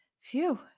Phew